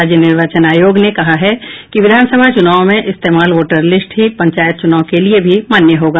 राज्य निर्वाचन आयोग ने कहा है कि विधानसभा चुनाव में इस्तेमाल वोटर लिस्ट ही पंचायत चुनाव के लिये भी मान्य होगा